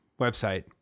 website